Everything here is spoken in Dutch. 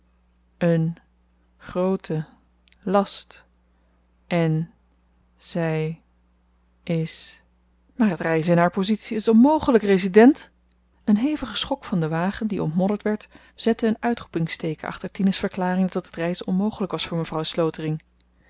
een groote last en zy is maar het reizen in haar pozitie is onmogelyk resident een hevige schok van den wagen die ontmodderd werd zette een uitroepingsteeken achter tine's verklaring dat het reizen onmogelyk was voor mevrouw slotering